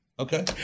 Okay